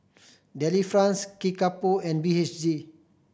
Delifrance Kickapoo and B H G